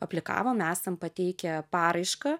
aplikavom esam pateikę paraišką